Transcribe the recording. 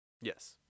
Yes